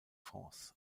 france